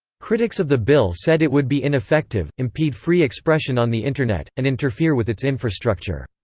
critics of the bill said it would be ineffective, impede free expression on the internet, and interfere with its infrastructure.